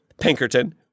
Pinkerton